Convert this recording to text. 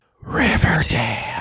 Riverdale